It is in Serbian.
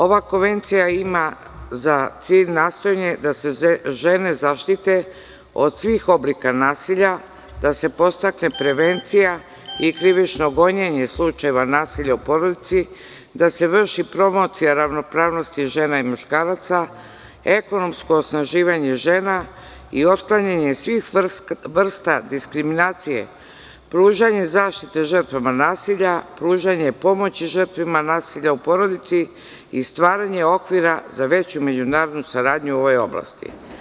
Ova konvencija ima za cilj nastojanje da se žene zaštite od svih oblika nasilja, da se podstakne prevencija i krivično gonjenje slučajeva nasilja u porodici, da se vrši promocija ravnopravnosti žena i muškaraca, ekonomsko osnaživanje žena i otklanjanje svih vrsta diskriminacije, pružanje zaštite žrtvama nasilja, pružanje pomoći žrtvama nasilja u porodici i stvaranje okvira za veću međunarodnu saradnju u ovoj oblasti.